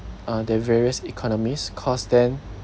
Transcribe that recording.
uh the various economies cause then